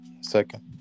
second